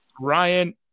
Ryan